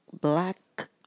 black